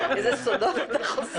איזה סודות אתה חושף.